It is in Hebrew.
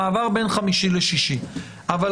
כן, זה מה שאני הבנתי, אבל